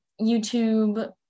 YouTube